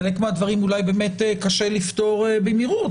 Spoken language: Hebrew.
חלק מהדברים אולי באמת קשה לפתור במהירות,